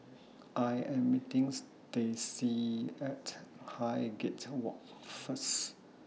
I Am meeting Stacey At Highgate Walk First